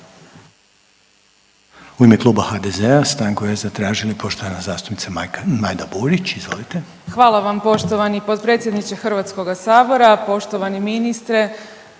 U ime kluba HDZ-a stanku je zatražila i poštovana zastupnica Majda Burić. Izvolite. **Burić, Majda (HDZ)** Hvala vam poštovani potpredsjedniče Hrvatskoga sabora, poštovani ministre.